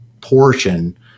portion